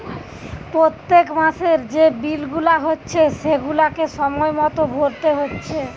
পোত্তেক মাসের যে বিল গুলা হচ্ছে সেগুলাকে সময় মতো ভোরতে হচ্ছে